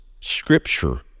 Scripture